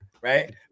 right